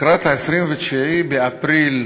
לקראת 29 באפריל,